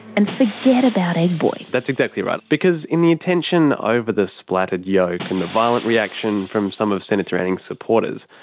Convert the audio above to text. and forget about egg boy. that's exactly right. because in the attention over the splattered yolk, and the violent reaction from some of senator anning's supporters,